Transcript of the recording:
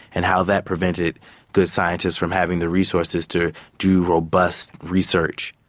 and how that prevented good scientists from having the resources to do robust research.